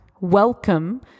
welcome